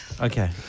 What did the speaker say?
Okay